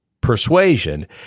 persuasion